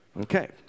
Okay